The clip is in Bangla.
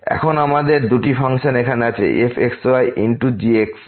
এখন আমাদের দুই ফাংশন এখানে আছে fx y into gx y